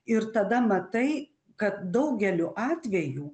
ir tada matai kad daugeliu atvejų